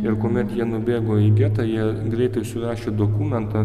ir kuomet jie nubėgo į getą jie greitai surašė dokumentą